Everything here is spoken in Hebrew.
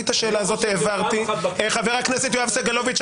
אני את השאלה הזאת העברתי ------ חבר הכנסת יואב סגלוביץ',